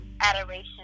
adoration